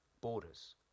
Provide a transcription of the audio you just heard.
borders